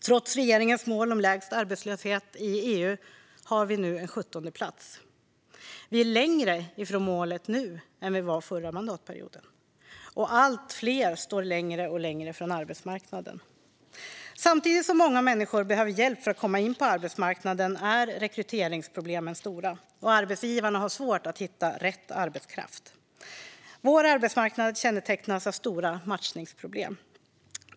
Trots regeringens mål om lägst arbetslöshet i EU ligger vi nu på plats 17. Vi är nu längre ifrån målet än vad vi var under föregående mandatperiod. Allt fler står dessutom allt längre från arbetsmarknaden. Samtidigt som många människor behöver hjälp för att komma in på arbetsmarknaden är rekryteringsproblemen stora, och arbetsgivarna har svårt att hitta rätt arbetskraft. Vår arbetsmarknad kännetecknas av stora matchningsproblem.